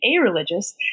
a-religious